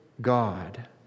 God